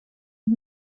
und